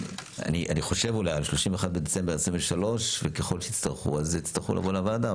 אני חושב אולי על 31 בדצמבר 2023 וככל שתצטרכו אז תצטרכו לבוא לוועדה.